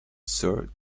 sir